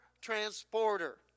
transporter